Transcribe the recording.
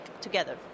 together